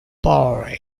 bari